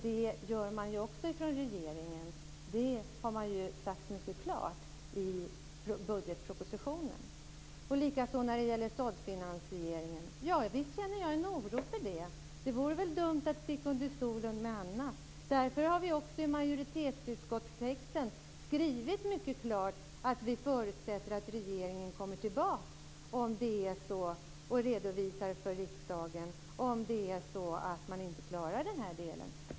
Det gör också regeringen; det har man sagt mycket klart i budgetpropositionen. Det är samma sak när det gäller såddfinansieringen. Visst känner jag en oro för den - det vore dumt att sticka under stol med det. Därför har vi också i utskottets majoritetstext skrivit mycket klart att vi förutsätter att regeringen kommer tillbaka och redovisar för riksdagen om man inte klarar den här delen.